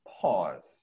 Pause